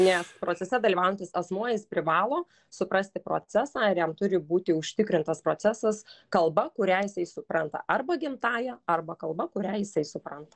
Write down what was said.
ne procese dalyvaujantis asmuo jis privalo suprasti procesą ir jam turi būti užtikrintas procesas kalba kurią jisai supranta arba gimtąja arba kalba kurią jisai supranta